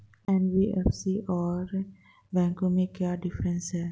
NBFC और बैंकों में क्या डिफरेंस है?